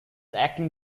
acting